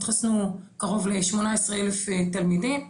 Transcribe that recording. התחסנו קרוב ל-18 אלף תלמידים.